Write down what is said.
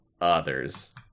others